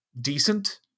decent